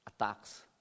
attacks